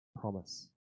promise